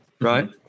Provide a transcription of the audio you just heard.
right